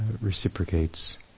reciprocates